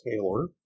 Taylor